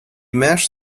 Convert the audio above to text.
mashed